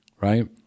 right